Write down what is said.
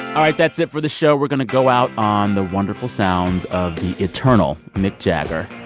all right. that's it for the show. we're going to go out on the wonderful sounds of the eternal mick jagger,